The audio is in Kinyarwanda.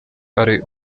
ari